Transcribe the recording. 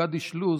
קדיש לוז,